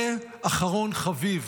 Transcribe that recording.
ואחרון חביב,